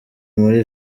muri